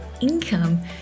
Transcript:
income